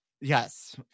Yes